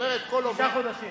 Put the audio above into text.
תשעה חודשים.